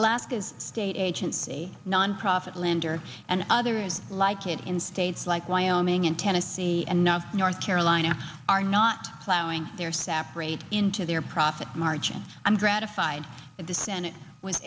alaska's state agency nonprofit lender and others like it in states like wyoming and tennessee and north carolina are not plowing their separate into their profit margin i'm gratified that the senate w